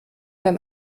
beim